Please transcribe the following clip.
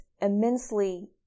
immensely